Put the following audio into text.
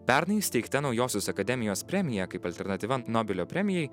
pernai įsteigta naujosios akademijos premija kaip alternatyva nobelio premijai